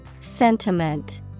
Sentiment